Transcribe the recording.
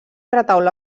retaule